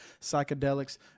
psychedelics